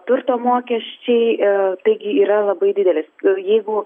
turto mokesčiai taigi yra labai didelis jeigu